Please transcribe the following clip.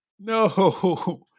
no